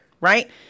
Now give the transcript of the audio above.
right